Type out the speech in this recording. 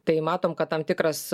tai matom kad tam tikras